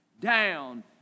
down